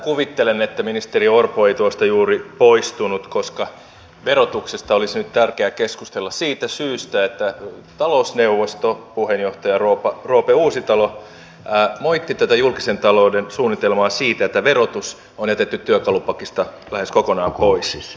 kuvittelen että ministeri orpo ei tuosta juuri poistunut koska verotuksesta olisi nyt tärkeää keskustella siitä syystä että talousneuvoston puheenjohtaja roope uusitalo moitti tätä julkisen talouden suunnitelmaa siitä että verotus on jätetty työkalupakista lähes kokonaan pois